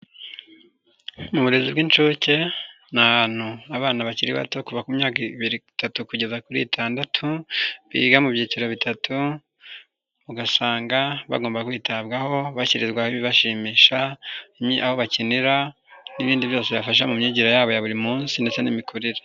Mu burezi bw'inshuke ni ahantu abana bakiri bato kuva ku myaka ibiri itatu kugeza kuri itandatu biga mu byiciro bitatu, ugasanga bagomba kwitabwaho, bashyirirwaho ibibashimisha, aho bakinira, n'ibindi byose bibafasha mu myigire yabo ya buri munsi ndetse n'imikurire.